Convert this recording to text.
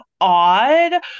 odd